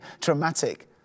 traumatic